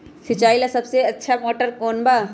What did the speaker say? सिंचाई ला सबसे अच्छा मोटर कौन बा?